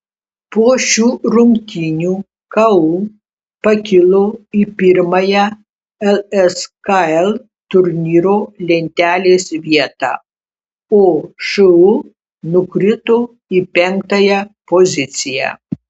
po šių rungtynių ku pakilo į pirmąją lskl turnyro lentelės vietą o šu nukrito į penktąją poziciją